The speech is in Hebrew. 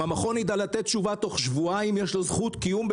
אם המכון יידע לתת תשובה בתוך שבועיים יש לו זכות קיום,